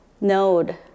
node